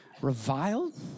reviled